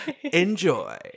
enjoy